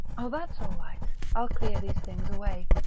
oh, that's all right, i'll clear these things away.